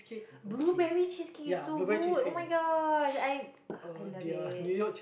blueberry cheesecake is so good oh-my-gosh I I love it